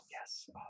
yes